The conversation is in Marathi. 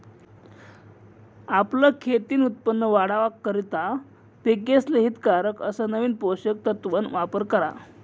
आपलं खेतीन उत्पन वाढावा करता पिकेसले हितकारक अस नवीन पोषक तत्वन वापर करा